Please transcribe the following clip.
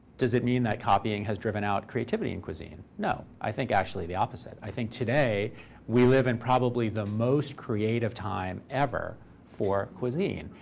does it mean that copying has driven out creativity in cuisine? no. i think actually the opposite. i think today we live in probably the most creative time ever for cuisine.